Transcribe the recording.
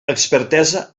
expertesa